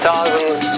Thousands